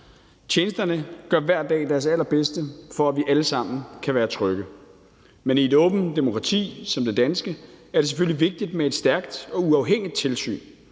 Tjenesterne gør hver dag deres allerbedste, for at vi alle sammen kan være trygge. Men i et åbent demokrati som det danske er det selvfølgelig vigtigt med et stærkt og uafhængigt tilsyn